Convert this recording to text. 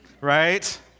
right